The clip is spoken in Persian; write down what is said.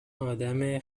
آدم